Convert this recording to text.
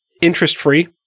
interest-free